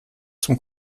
zum